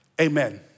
amen